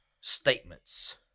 statements